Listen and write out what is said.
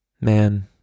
Man